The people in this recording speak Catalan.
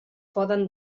poden